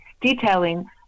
detailing